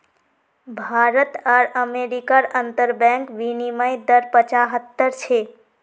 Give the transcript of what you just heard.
भारत आर अमेरिकार अंतर्बंक विनिमय दर पचाह्त्तर छे